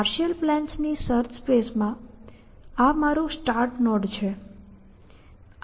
partial plans ની search space માં આ મારું સ્ટાર્ટ નોડ છે